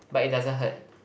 but it doesn't hurt